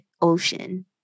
ocean